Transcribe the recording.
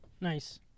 nice